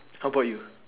how about you